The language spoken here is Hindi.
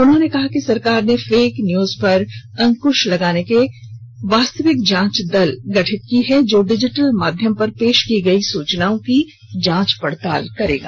उन्होंने कहा कि सरकार ने फेक न्यूज पर अंकुश के लिए वास्तविक जांच दल गठित की है जो डिजिटल माध्यम पर पेश की गई सूचनाओं की जांच पड़ताल करेगा